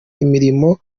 imirimo